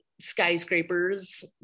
skyscrapers